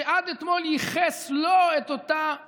שעד אתמול ייחס לו את אותה טרמינולוגיה.